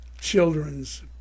children's